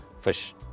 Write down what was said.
fish